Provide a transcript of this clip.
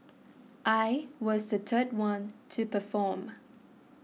I was the third one to perform